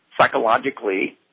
psychologically